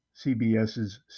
CBS's